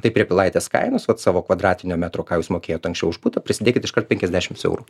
tai prie pilaitės kainos vat savo kvadratinio metro ką jūs mokėjot anksčiau už butą prisidėkit iškart penkiasdešimt eurų